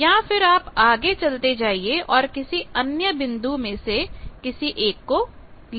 या फिर आप आगे चलते जाइए और किसी अन्य बिंदु में से किसी एक को लीजिए